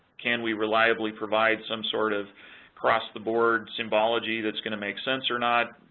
can we reliably provide some sort of across the board symbology that's going to make sense or not,